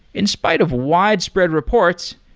in spite of widespread reports,